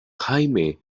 jaime